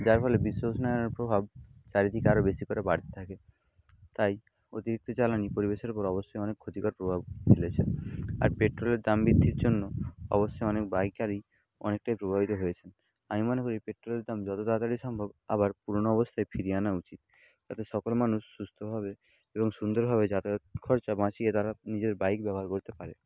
যার ফলে বিশ্ব উষ্ণায়নের প্রভাব চারিদিকে আরো বেশি করে বাড়তে থাকে তাই অতিরিক্ত জ্বালানি পরিবেশের ওপর অবশ্যই অনেক ক্ষতিকর প্রভাব ফেলেছে আর পেট্রোলের দাম বৃদ্ধির জন্য অবশ্যই অনেক বাইকারই অনেকটাই প্রভাবিত হয়েছেন আমি মনে করি পেট্রোলের দাম যতো তাড়াতাড়ি সম্ভব আবার পুরোনো অবস্থায় ফিরিয়ে আনা উচিত যাতে সকল মানুষ সুস্থভাবে এবং সুন্দরভাবে যাতায়াত খরচা বাঁচিয়ে তারা নিজের বাইক ব্যবহার করতে পারে